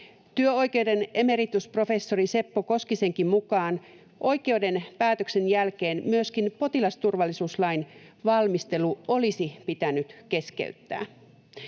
Työoikeuden emeritusprofessori Seppo Koskisenkin mukaan oikeuden päätöksen jälkeen myöskin potilasturvallisuuslain valmistelu olisi pitänyt keskeyttää.